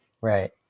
Right